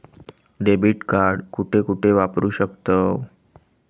Debit card कुठे कुठे वापरू शकतव?